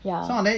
ya